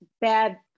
bad